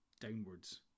downwards